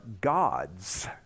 God's